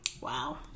Wow